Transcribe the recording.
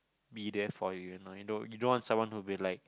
be there for you you know you know you don't want someone who be like